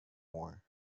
more